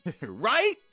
right